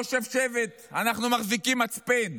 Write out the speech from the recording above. לא שבשבת, אנחנו מחזיקים מצפן,